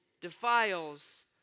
defiles